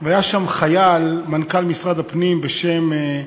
והיה שם חייל, מנכ"ל משרד הפנים, בשם,